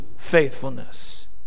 Faithfulness